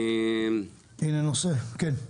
טוב, אז לטובת כולם,